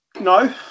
No